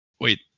Wait